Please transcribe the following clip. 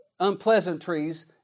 unpleasantries